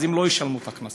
אז הם לא ישלמו את הקנסות,